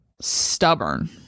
stubborn